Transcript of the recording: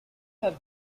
have